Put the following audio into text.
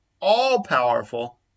all-powerful